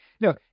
No